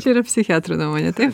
čia yra psichiatro nuomonė taip